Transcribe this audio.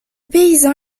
paysan